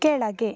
ಕೆಳಗೆ